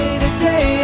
today